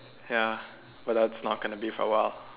ya but that's not gonna be for awhile